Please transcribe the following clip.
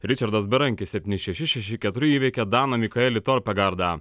ričardas berankis septyni šeši šeši keturi įveikė daną mikaelį torpegardą